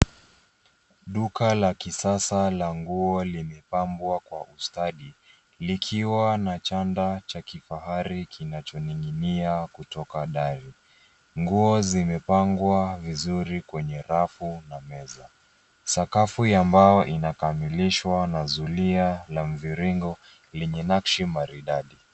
Duka la kisasa la nguo limepambwa kwa ustadi likiwa na chanda cha kifahari kinachoning'inia kutoka dari. Nguo zimepangwa vizuri kwenye rafu na meza. Sakafu ya mbao inakamilishwa na zulia la mviringo lenye nakshi maridadi.